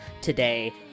today